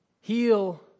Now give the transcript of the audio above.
heal